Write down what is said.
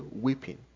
weeping